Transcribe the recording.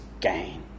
gain